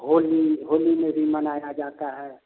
होली होली में भी मनाया जाता है